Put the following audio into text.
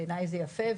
בעיניי זה יפה,